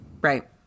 right